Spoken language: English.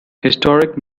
historic